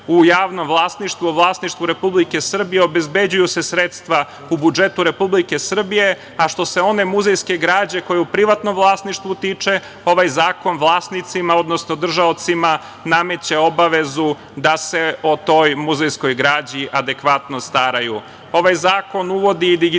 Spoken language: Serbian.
u javno vlasništvo, vlasništvo Republike Srbije obezbeđuju se sredstva u budžetu Republike Srbije, a što se one muzejske građe, koja je privatno vlasništvo, ovaj zakon vlasnicima, odnosno držaocima nameće obavezu da se o toj muzejskoj građi adekvatno staraju. Ovaj zakon uvodi i digitalizaciju